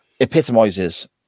epitomizes